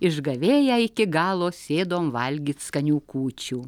išgavėję iki galo sėdom valgyt skanių kūčių